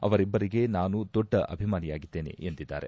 ಅವರಿಬ್ಬರಿಗೆ ನಾನು ದೊಡ್ಡ ಅಭಿಮಾನಿಯಾಗಿದ್ದೇನೆ ಎಂದಿದ್ದಾರೆ